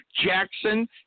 Jackson